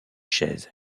chaise